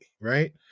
Right